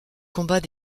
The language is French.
combat